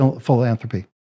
philanthropy